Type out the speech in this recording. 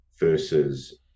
versus